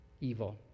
evil